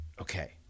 okay